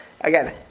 Again